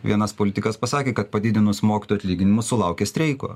vienas politikas pasakė kad padidinus mokytojų atlyginimus sulaukė streiko